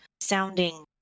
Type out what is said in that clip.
sounding